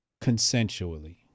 consensually